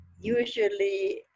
Usually